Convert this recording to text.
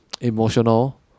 emotional